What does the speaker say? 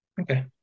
Okay